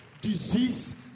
disease